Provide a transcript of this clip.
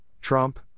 Trump